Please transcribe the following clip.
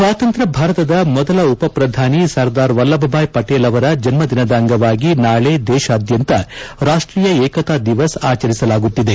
ಸ್ವಾತಂತ್ರ ಭಾರತದ ಮೊದಲ ಉಪ ಪ್ರಧಾನಿ ಸರ್ದಾರ್ ವಲ್ಲಭ ಭಾಯ್ ಪಟೇಲ್ ಅವರ ಜನ್ಮ ದಿನದ ಅಂಗವಾಗಿ ನಾಳಿ ದೇಶಾದ್ಯಂತ ರಾಷ್ಟೀಯ ಏಕತಾ ದಿವಸ್ ಆಚರಿಸಲಾಗುತ್ತಿ ದೆ